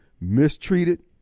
mistreated